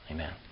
Amen